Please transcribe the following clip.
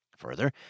Further